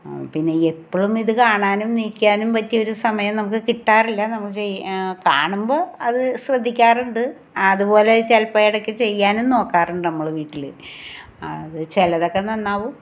പിന്നെ എപ്പോഴും ഇത് കാണാനും നിൽക്കാനും പറ്റിയ ഒരു സമയം നമുക്ക് കിട്ടാറില്ല നമ്മൾ കാണുമ്പോൾ അത് ശ്രദ്ധിക്കാറുണ്ട് അത് പോലെ ചിലപ്പം ഇടയ്ക്ക് ചെയ്യാനും നോക്കാറുണ്ട് നമ്മൾ വീട്ടിൽ അത് ചിലതൊക്കെ നന്നാവും